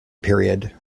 period